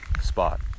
spot